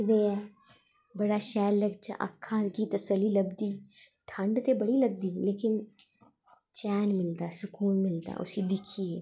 बैठे दे ऐं बड़ा शैल अक्खां गी तसल्ली लगदी ठंड ते बड़ी लगदी लेकिन चैन मिलदा सकून मिलदा उसी दिक्खियै